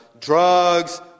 drugs